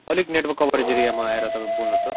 अलिक network coverage एरियामा आएर तपाईँ बोल्नुहोस् त